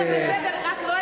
באמת, לא יהיה יום מנוחה פה.